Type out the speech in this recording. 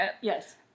Yes